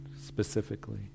specifically